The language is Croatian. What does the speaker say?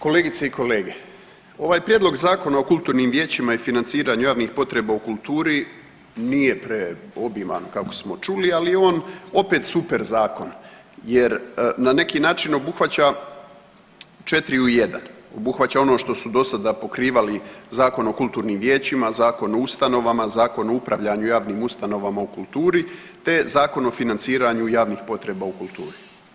Kolegice i kolege, ovaj prijedlog zakona o kulturnim vijećima i financiranju javnih potreba u kulturi nije preobiman kako smo čuli, ali je on opet super zakon jer na neki način obuhvaća 4 u 1. Obuhvaća ono što su dosada pokrivali Zakon o kulturnim vijećima, Zakon o ustanovama, Zakon o upravljanju javnim ustanovama u kulturi te Zakon o financiranju javnih potreba u kulturi.